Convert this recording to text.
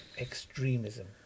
extremism